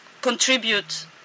contribute